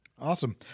Awesome